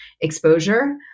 exposure